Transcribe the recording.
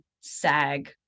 SAG